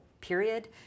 period